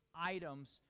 items